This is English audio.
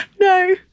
No